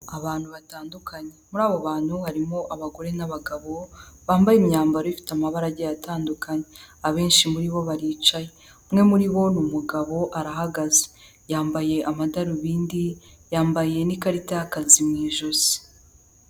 Abantu batandukanye muri abo bantu harimo abagore n'abagabo bambaye imyambaro ifite amabara agiye atandukanye abenshi muri bo baricaye umwe muri bo umugabo arahagaze yambaye amadarubindi yambaye n'ikarita y'akazi mu ijosi.